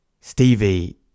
Stevie